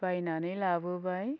बायनानै लाबोबाय